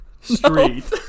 Street